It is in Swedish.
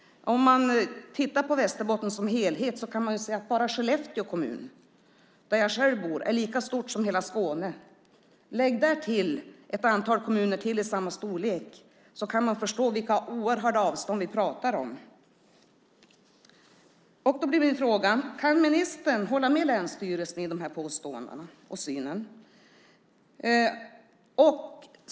Om man tittar på Västerbotten som helhet kan man se att bara Skellefteå kommun, där jag själv bor, är lika stort som hela Skåne. Lägg därtill ett antal kommuner till i samma storlek så kan man förstå vilka oerhörda avstånd vi pratar om. Kan ministern hålla med länsstyrelsen om den här synen och de här påståendena?